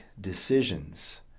decisions